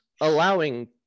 allowing